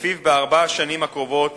שלפיו בארבע השנים הקרובות